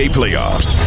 playoffs